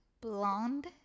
blonde